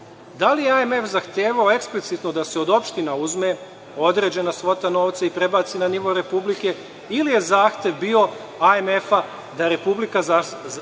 Da li je MMF zahtevao eksplicitno da se od opština uzme određena svota novca i prebaci na nivo Republike, ili je zahtev bio MMF-a da Republika raspolaže